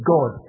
God